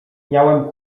miałem